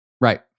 Right